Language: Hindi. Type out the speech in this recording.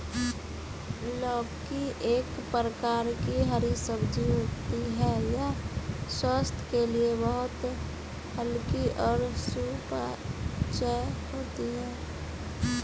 लौकी एक प्रकार की हरी सब्जी होती है यह स्वास्थ्य के लिए बहुत हल्की और सुपाच्य होती है